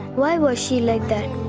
why was she like that?